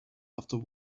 after